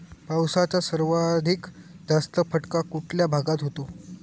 पावसाचा सर्वाधिक जास्त फटका कुठल्या भागात होतो?